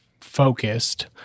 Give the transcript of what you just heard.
focused